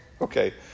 okay